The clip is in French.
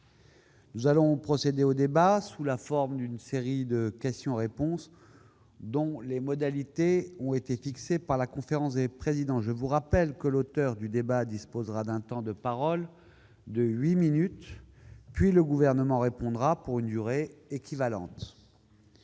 Nous allons procéder au débat sous la forme d'une série de questions-réponses dont les modalités ont été fixées par la conférence des présidents. Je vous rappelle que le représentant du groupe auteur de la demande dispose d'un temps de parole de huit minutes, puis le Gouvernement répond pour une durée équivalente.